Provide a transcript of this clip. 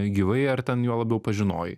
gyvai ar ten juo labiau pažinojai